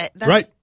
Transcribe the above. Right